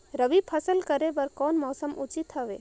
रबी फसल करे बर कोन मौसम उचित हवे?